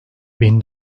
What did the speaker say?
bin